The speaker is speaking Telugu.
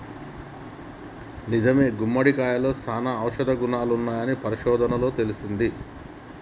నిజమే గుమ్మడికాయలో సానా ఔషధ గుణాలున్నాయని పరిశోధనలలో తేలింది